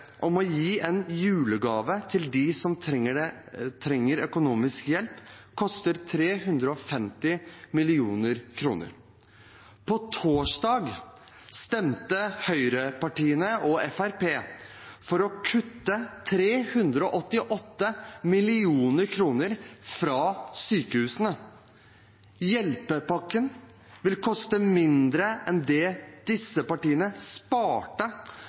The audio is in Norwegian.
om å gi en julegave til dem som trenger økonomisk hjelp, koster 350 mill. kr. På torsdag stemte høyrepartiene og Fremskrittspartiet for å kutte 388 mill. kr til sykehusene. Hjelpepakken vil koste mindre enn det disse partiene sparte